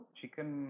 chicken